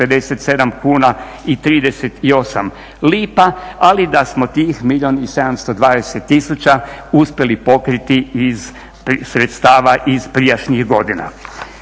kuna i 38 lipa, ali da smo tih milijun i 720 tisuća uspjeli pokriti iz sredstava iz prijašnjih godina.